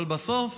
אבל בסוף